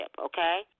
okay